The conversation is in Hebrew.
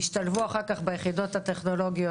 ישתלבו אחר כך ביחידות הטכנולוגיות